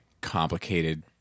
complicated